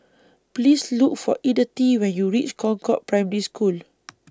Please Look For Edythe when YOU REACH Concord Primary School